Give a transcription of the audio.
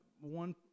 one